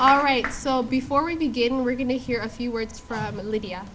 all right so before we begin we're going to hear a few words from lydia